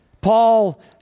Paul